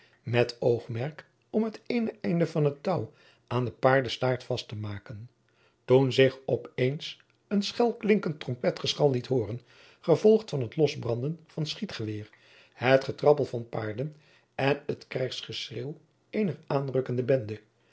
met oogmerk om het eene einde van het touw aan de paardenstaart vast te maken toen zich op eens een schelklinkend trompetgeschal liet hooren gevolgd van het losbranden van schiet geweer het getrappel van paarden en het krijgsgeschreeuw eener aanrukkende bende